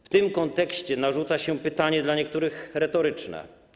W tym kontekście narzuca się pytanie dla niektórych retoryczne: